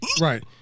Right